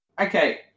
Okay